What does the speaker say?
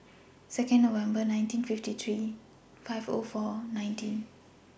Second November nineteen fifty three five O four nineteen